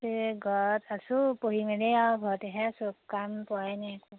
ঘৰত আছো পঢ়ি মেলি আৰু ঘৰতে আছো কাম পোৱাই নাই একো